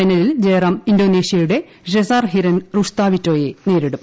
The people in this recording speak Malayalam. ഫൈനലിൽ ജയറാം ഇന്തോനേഷ്യയുടെ ഷെസാർ ഹിരെൻ റുഷ്താവിറ്റോയെ നേരിടും